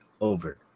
over